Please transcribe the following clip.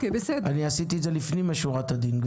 אני עשיתי את זה לפנים משורת הדין,